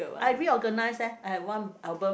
I reorganize leh I have one album